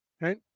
Right